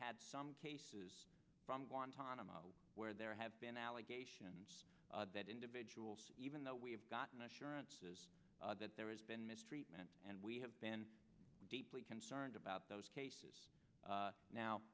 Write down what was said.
had some cases from guantanamo where there have been allegations that individuals even though we have gotten assurances that there has been mistreatment and we have been deeply concerned about those cases